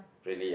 really